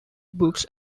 books